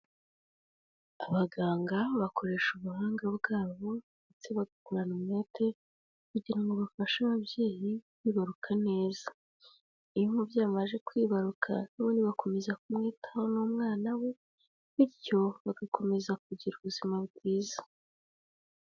Abaganga bakoresha ubuhanga bwabo ndetse bagakorana umwete kugira ngo bafashe ababyeyi bibaruka neza, iyo umubyeyimaze amaze kwibaruka bakomeza kumwitaho n'umwana we, bityo bagakomeza kugira ubuzima bwiza.